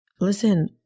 listen